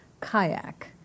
kayak